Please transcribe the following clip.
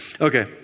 Okay